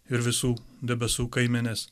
ir visų debesų kaimenės